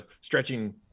stretching